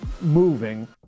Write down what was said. moving